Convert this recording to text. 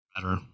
better